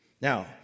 Now